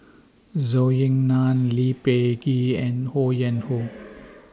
Zhou Ying NAN Lee Peh Gee and Ho Yuen Hoe